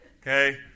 Okay